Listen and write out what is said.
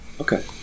okay